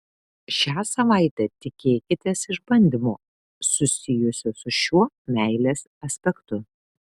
šią savaitę tikėkitės išbandymo susijusio su šiuo meilės aspektu